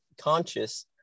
conscious